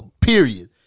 Period